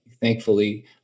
Thankfully